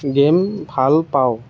game ভাল পাওঁ